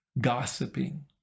gossiping